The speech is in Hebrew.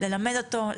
ללמד אותו,